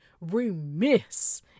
remiss